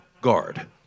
guard